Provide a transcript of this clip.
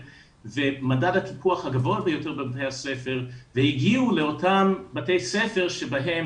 ומדד הקיפוח הגבוה ביותר בבתי הספר והגיעו לאותם בתי ספר שבהם